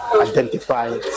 identify